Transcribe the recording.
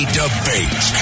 debate